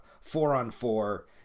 four-on-four